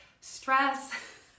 stress